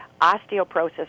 osteoporosis